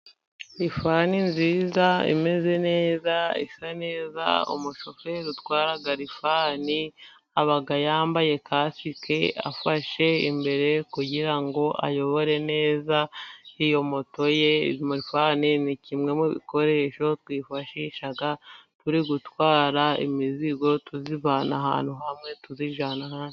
Rifani nziza, imeze neza, isa neza, umushoferi utwara rifani aba yambaye kasike, afashe imbere kugirango ayobore neza, iyo moto ye. Ni kimwe mu bikoresho twifashisha turi gutwara imizigo tuyivana ahantu hamwe tuyijyana ahandi.